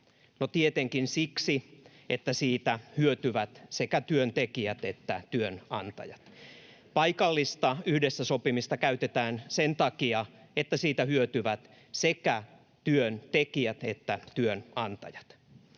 tietenkin siksi, että siitä hyötyvät sekä työntekijät että työnantajat. Paikallista yhdessä sopimista käytetään sen takia, että siitä hyötyvät sekä työntekijät että työnantajat.